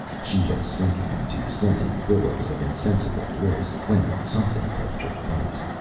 she was sinking into scented billows of insensible bliss, when something touched her face.